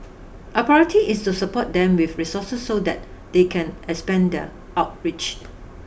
our priority is to support them with resources so that they can expand their outreach